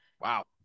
Wow